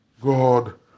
God